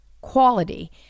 quality